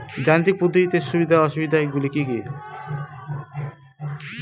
যান্ত্রিক পদ্ধতির সুবিধা ও অসুবিধা গুলি কি কি?